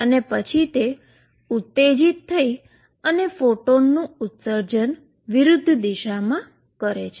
અને પછી તે ઉતેજીત થઈ ફોટોનનું stimulateસ્ટીમ્યુલેટ વિરુધ્ધ દિશામાં થાય છે